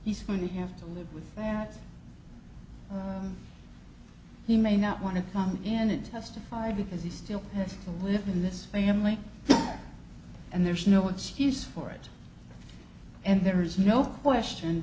he's going to have to live with that he may not want to come and testify because he still has to live in this family and there's no excuse for it and there is no question